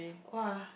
!woah!